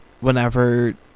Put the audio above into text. whenever